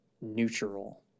neutral